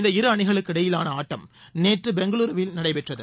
இந்த இரு அணிகளுக்கிடையிலான ஆட்டம் நேற்று பெங்களூருவில் நடைபெற்றது